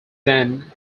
then